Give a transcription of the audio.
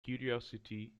curiosity